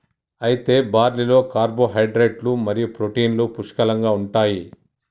అయితే బార్లీలో కార్పోహైడ్రేట్లు మరియు ప్రోటీన్లు పుష్కలంగా ఉంటాయి